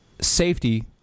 safety